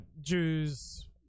Jews